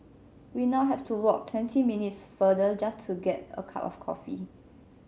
we now have to walk twenty minutes farther just to get a cup of coffee